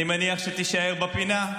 אני מניח שתישאר בפינה,